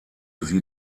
sie